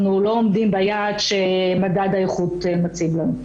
אנחנו לא עומדים ביעד שמדד האיכות מציעים לנו,